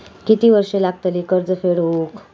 किती वर्षे लागतली कर्ज फेड होऊक?